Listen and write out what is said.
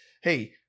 hey